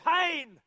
pain